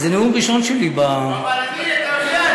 זה הנאום הראשון שלי אני רוצה לשאול אותך.